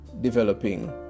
developing